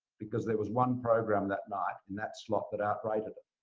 because there was one program that night in that slot that out rated it.